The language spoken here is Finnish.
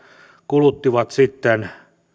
kuluttivat sitten